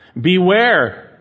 Beware